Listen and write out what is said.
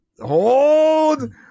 hold